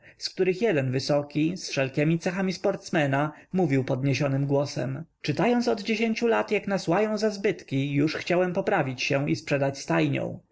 z których jeden wysoki z wszelkiemi cechami sportsmena mówił podniesionym głosem czytając od dziesięciu lat jak łają nas za zbytki już chciałem poprawić się i sprzedać stajnią